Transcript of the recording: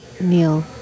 Neil